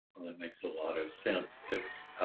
well, that makes a lot of sense, it's.